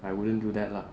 I wouldn't do that lah